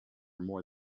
more